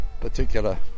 particular